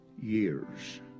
years